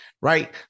right